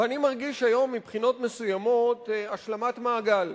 ואני מרגיש היום, מבחינות מסוימות, השלמת מעגל,